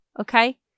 Okay